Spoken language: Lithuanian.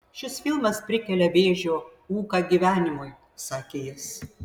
šis filmas prikelia vėžio ūką gyvenimui sakė jis